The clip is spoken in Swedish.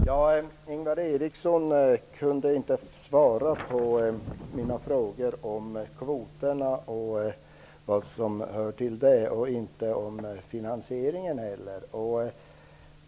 Herr talman! Ingvar Eriksson kunde inte svara på mina frågor om kvoterna och det som hör till den problematiken, och inte heller om finansieringen.